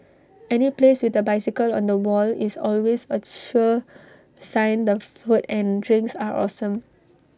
any place with A bicycle on the wall is always A sure sign the food and drinks are awesome